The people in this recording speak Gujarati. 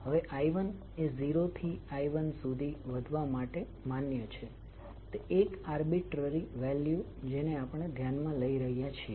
હવે i1એ 0 થી I1 સુધી વધવા માટે માન્ય છે તે એક આર્બીટ્રરી વેલ્યુ જેને આપણે ધ્યાનમાં લઈ રહ્યા છીએ